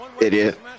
Idiot